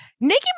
Nicki